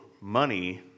money